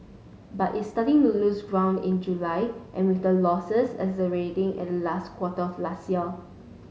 but it started losing ground in July and with the losses accelerating in last quarter last year